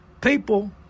People